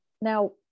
Now